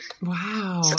Wow